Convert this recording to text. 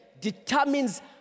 determines